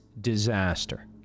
disaster